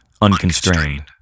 Unconstrained